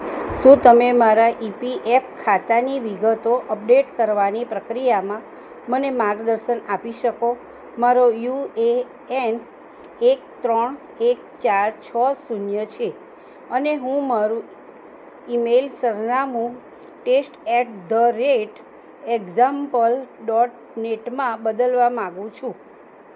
શું તમે મારા ઇપીએફ ખાતાની વિગતો અપડેટ કરવાની પ્રક્રિયામાં મને માર્ગદર્શન આપી શકો મારો યુએએન એક ત્રણ એક ચાર છ શૂન્ય છે અને હું મારું ઈમેલ સરનામું test at the rate example dot નેટમાં બદલવા માગું છું